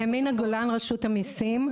מינה גולן, רשות המסים.